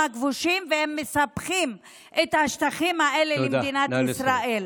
הכבושים שהם מספחים את השטחים האלה למדינת ישראל.